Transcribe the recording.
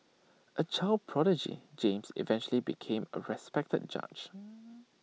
A child prodigy James eventually became A respected judge